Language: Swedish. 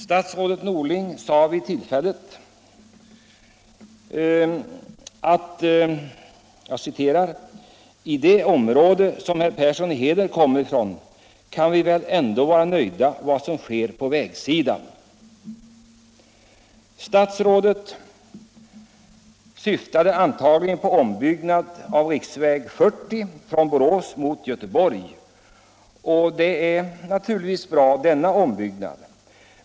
Statsrådet Norling sade vid tillfället: ”I det område som herr Persson i Heden kommer ifrån, kan vi väl ändå vara nöjda med vad som sker på vägsidan.” Statsrådet syftade antagligen på ombyggnaden av riksväg 40 från Borås mot Göteborg. Det är naturligtvis bra med den.